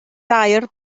dair